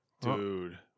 Dude